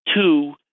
Two